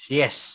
yes